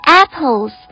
apples，